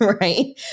right